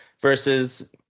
Versus